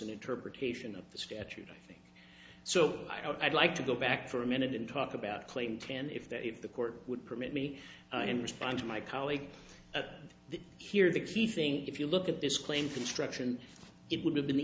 an interpretation of the statute i think so i'd like to go back for a minute and talk about claim ten if that if the court would permit me and respond to my colleague at the here the key thing if you look at this claim construction it would have been the